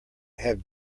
have